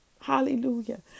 Hallelujah